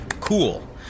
cool